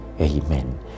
Amen